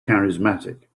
charismatic